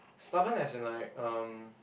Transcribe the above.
stubborn as in like um